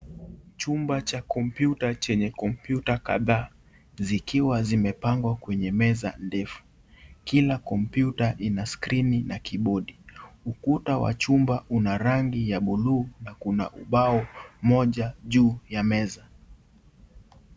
Chumba cha kompyuta chenye kompyuta kadhaa zikiwa zimepangwa kwenye meza ndefu. Kila kompyuta ina skrini na kibodi. Ukuta wa chumba una rangi ya bluu na kuna ubao mmoja juu ya meza.